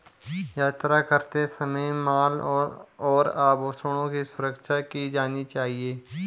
यात्रा करते समय माल और आभूषणों की सुरक्षा की जानी चाहिए